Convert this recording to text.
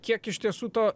kiek iš tiesų to